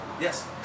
Yes